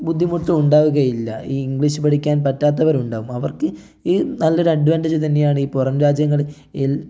ബുദ്ധിമുട്ട് ഉണ്ടാവുകയില്ല ഈ ഇംഗ്ലീഷ് പഠിക്കാൻ പറ്റാത്തവരുണ്ടാകും അവർക്ക് നല്ലൊരു അഡ്വാന്റേജ് തന്നെയാണ് ഈ പുറം രാജ്യങ്ങളിൽ